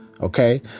Okay